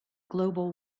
global